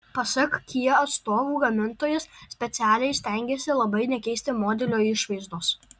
pasak kia atstovų gamintojas specialiai stengėsi labai nekeisti modelio išvaizdos